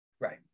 Right